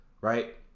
right